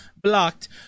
blocked